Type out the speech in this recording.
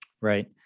Right